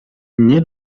nie